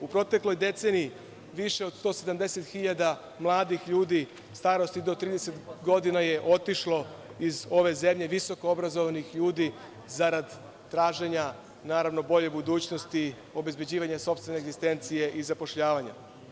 U protekloj deceniji više od 170 hiljada mladih ljudi starosti do 30 godina je otišlo iz ove zemlje, visokoobrazovanih ljudi za rad traženja, naravno bolje budućnosti, obezbeđivanja sopstvene egzistencije i zapošljavanja.